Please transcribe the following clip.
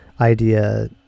idea